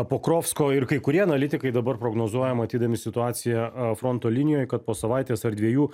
akokrovsko ir kai kurie analitikai dabar prognozuoja matydami situaciją fronto linijoj kad po savaitės ar dviejų